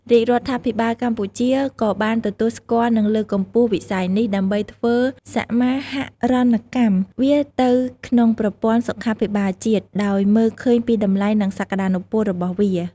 រាជរដ្ឋាភិបាលកម្ពុជា ក៏បានទទួលស្គាល់ និងលើកកម្ពស់វិស័យនេះ ដើម្បីធ្វើសមាហរណកម្មវាទៅក្នុងប្រព័ន្ធសុខាភិបាលជាតិ ដោយមើលឃើញពីតម្លៃ និងសក្ដានុពលរបស់វា។